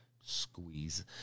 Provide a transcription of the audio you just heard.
squeeze